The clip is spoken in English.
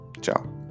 Ciao